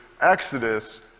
exodus